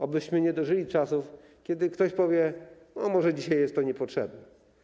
Obyśmy nie dożyli czasów, kiedy ktoś powie: Może dzisiaj jest to niepotrzebne.